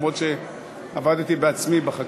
למרות שעבדתי בעצמי בחקלאות.